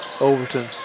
Overton